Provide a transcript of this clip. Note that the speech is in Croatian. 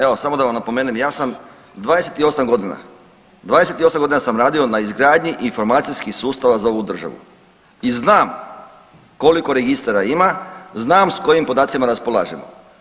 Evo samo da vam napomene, ja sam 28 godina, 28 godina sam radio na izgradnji informacijskih sustava za ovu državu i znamo koliko registara ima, znam s kojim podacima raspolažemo.